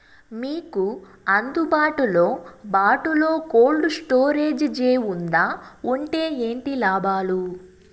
మీకు అందుబాటులో బాటులో కోల్డ్ స్టోరేజ్ జే వుందా వుంటే ఏంటి లాభాలు?